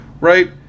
right